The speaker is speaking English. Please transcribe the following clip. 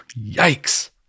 yikes